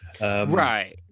Right